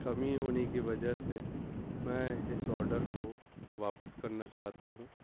کمی ہونے کی وجہ سے میں اس آرڈر کو واپس کرنا چاہتا ہوں